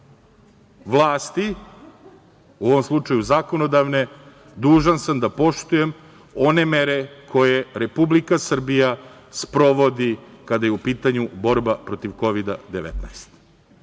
vlasti u ovom slučaju zakonodavne, dužan sam da poštujem one mere koje Republika Srbija sprovodi kada je u pitanju borba protiv Kovida